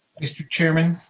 mr. chairman?